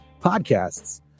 Podcasts